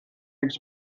its